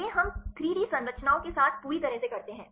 ये हम 3 डी संरचनाओं के साथ पूरी तरह से करते हैं